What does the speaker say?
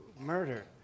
murder